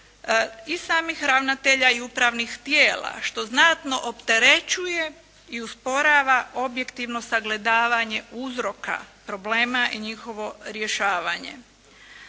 i samih ravnatelja i upravnih tijela, što znatno opterećuje i usporava objektivno sagledavanje uzorka problema i njihovo rješavanje.